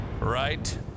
right